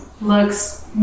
Looks